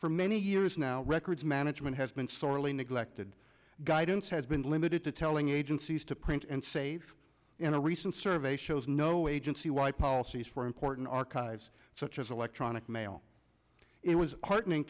for many years now records management has been sorely neglected guidance has been limited to telling agencies to print and save in a recent survey shows no agency y policies for important archives such as electronic mail it was heartening